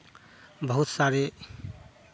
बहुत सारे